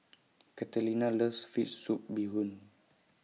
Catalina loves Fish Soup Bee Hoon